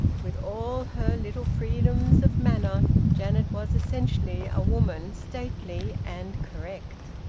with all her little freedoms of manner, janet was essentially a woman stately and correct,